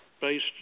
based